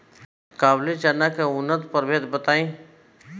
काबुली चना के उन्नत प्रभेद बताई?